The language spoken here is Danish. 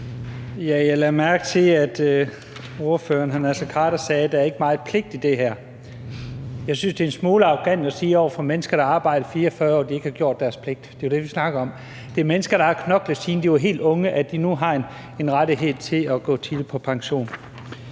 Jeg lagde mærke til, at ordføreren, hr. Naser Khader, sagde, at der ikke er meget pligt i det her. Jeg synes, det er en smule arrogant at sige til mennesker, der har arbejdet i 44 år, at de ikke har gjort deres pligt. Det er det, vi snakker om. Det er mennesker, der har knoklet, siden de var helt unge, der nu har en rettighed til at gå tidligt på pension.